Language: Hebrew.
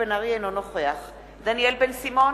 אינו נוכח דניאל בן-סימון,